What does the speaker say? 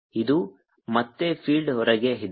ಇದು ಮತ್ತೆ ಫೀಲ್ಡ್ ಹೊರಗೆ ಇದೆ